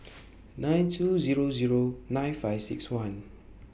nine two Zero Zero nine five six one